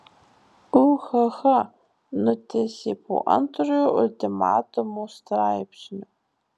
ūhaha nutęsė po antrojo ultimatumo straipsnio